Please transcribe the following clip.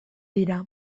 dira